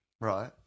Right